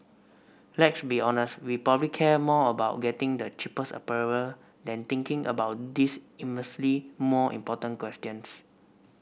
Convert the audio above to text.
let's be honest we probably care more about getting the cheapest apparel than thinking about these immensely more important questions